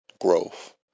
growth